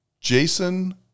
Jason